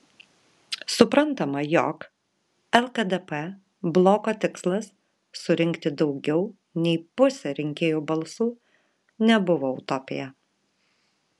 suprantama jog lkdp bloko tikslas surinkti daugiau nei pusę rinkėjų balsų nebuvo utopija